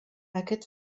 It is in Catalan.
aquest